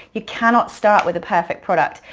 you cannot start with a perfect product.